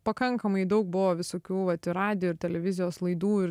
pakankamai daug buvo visokių vat ir radijo ir televizijos laidų ir